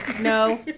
No